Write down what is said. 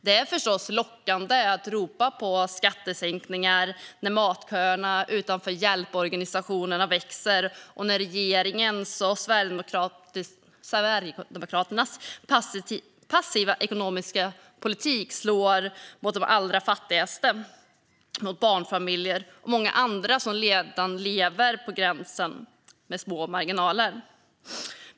Det är förstås lockande att ropa på skattesänkningar när matköerna utanför hjälporganisationerna växer och när regeringens och Sverigedemokraternas passiva ekonomiska politik slår mot de allra fattigaste, mot barnfamiljer och många andra som i många fall redan lever med små marginaler.